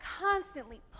constantly